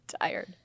tired